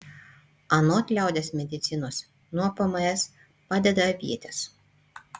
anot liaudies medicinos nuo pms padeda avietės